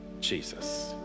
Jesus